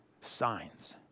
signs